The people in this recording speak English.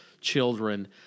children